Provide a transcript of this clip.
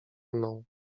mną